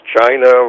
China